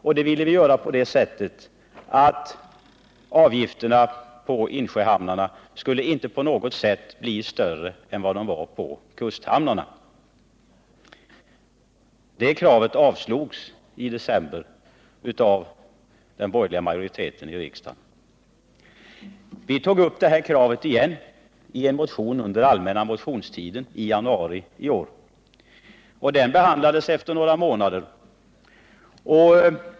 Vi ville göra detta på ett sådant sätt att avgifterna i insjöhamnarna inte på något sätt skulle bli större än vad som gällde för kusthamnarna. Det kravet avslogs i december av den borgerliga majoriteten i riksdagen. Men vi tog på nytt upp det i en motion under den allmänna motionstiden i år, och den behandlades några månader senare.